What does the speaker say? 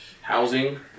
housing